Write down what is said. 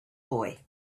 boy